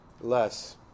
less